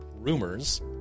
rumors